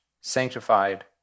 sanctified